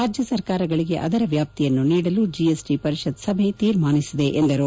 ರಾಜ್ಯ ಸರ್ಕಾರಗಳಿಗೆ ಅದರ ವ್ಯಾಪ್ತಿಯನ್ನು ನೀಡಲು ಜಿಎಸ್ಟ ಪರಿಷತ್ ಸಭೆ ತೀರ್ಮಾನಿಸಿದೆ ಎಂದರು